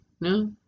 No